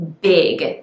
big